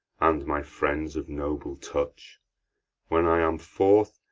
and my friends of noble touch when i am forth,